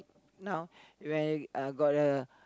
now when uh got a